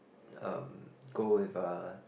uh go with a